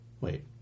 Wait